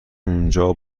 اونجا